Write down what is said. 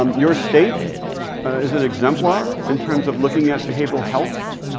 um your state is an exemplar in terms of looking at behavioral health.